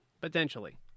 Potentially